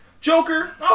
Joker